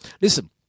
Listen